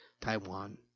Taiwan